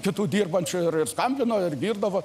kitų dirbančiųjų ir skambino ir girdavo